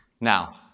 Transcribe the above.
Now